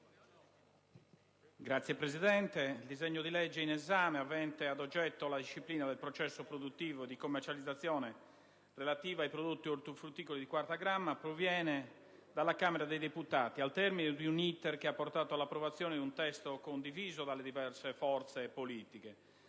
il disegno di legge in esame, avente ad oggetto la disciplina del processo produttivo e di commercializzazione relativa ai prodotti ortofrutticoli di quarta gamma, proviene dalla Camera dei deputati, al termine di un *iter* che ha portato all'approvazione di un testo condiviso dalle diverse forze politiche,